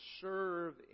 serve